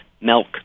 milk